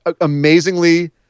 amazingly